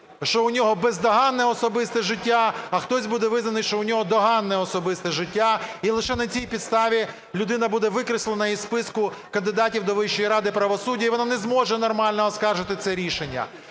що в нього бездоганне особисте життя, а хтось буде визнаний, що в нього доганне особисте життя. І лише на цій підставі людина буде викреслена із списку кандидатів до Вищої ради правосуддя і вона не зможе нормально оскаржити це рішення.